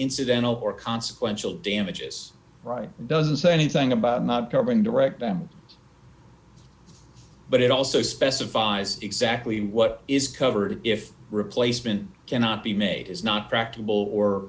incidental or consequential damages right doesn't say anything about carbon direct them but it also specifies exactly what is covered if replacement cannot be made is not practicable or